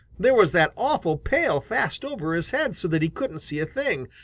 there was that awful pail fast over his head so that he couldn't see a thing.